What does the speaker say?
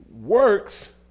works